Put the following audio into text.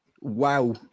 Wow